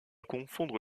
confondre